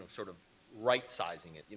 sort of right-sizing it.